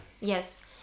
yes